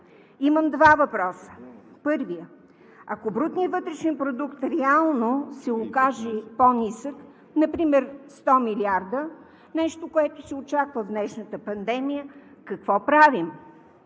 Имам два въпроса. Първият: ако брутният вътрешен продукт реално се окаже по- нисък – например 100 милиарда – нещо, което се очаква в днешната пандемия, какво правим?